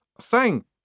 Thank